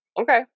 Okay